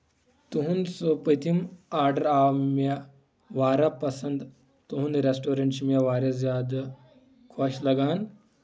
تُہنٛد سُہ پٔتِم آرڈر آو مےٚ واریاہ پسنٛد تُہنٛد ریٚسٹورنٛٹ چھ مےٚ واریاہ زیادٕ خۄش لگان